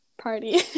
party